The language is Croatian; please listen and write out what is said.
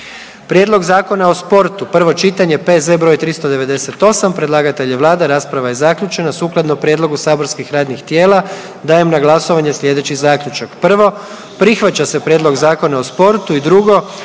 Prijedlog zakona o hrani, prvo čitanje, P.Z.E. br. 400.. Predlagatelj je vlada, rasprava je zaključena. Sukladno prijedlogu saborskih radnih tijela dajem na glasovanje slijedeći zaključak: 1. Prihvaća se prijedlog Zakona o hrani